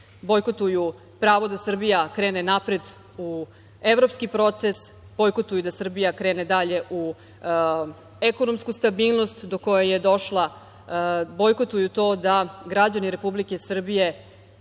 bojkotuju pravo da Srbija krene napred u evropski proces, bojkotuju da Srbija krene dalje u ekonomsku stabilnost do koje je došla, bojkotuju to da građani Republike Srbije